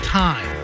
time